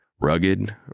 Rugged